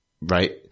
right